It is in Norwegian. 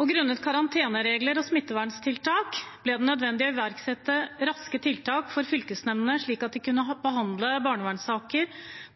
og grunnet karanteneregler og smitteverntiltak ble det nødvendig å iverksette raske tiltak for fylkesnemndene, slik at de kunne behandle barnevernssaker